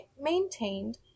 maintained